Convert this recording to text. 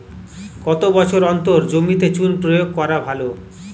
কত বছর অন্তর জমিতে চুন প্রয়োগ করা ভালো?